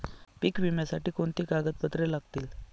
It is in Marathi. पीक विम्यासाठी कोणती कागदपत्रे लागतील?